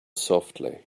softly